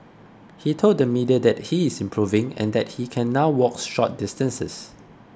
he told the media that he is improving and that he can now walk short distances